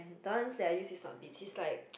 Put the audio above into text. that one that I use is not big it's like